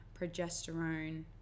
progesterone